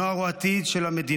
הנוער הוא העתיד של המדינה.